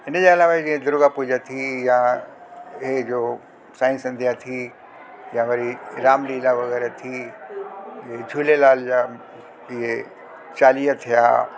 हिनजे अलावा जीअं दुर्गा पूजा थी या हे जो साई संध्या थी या वरी रामलीला वग़ैरह थी झूलेलाल जा इहे चालीहा थिया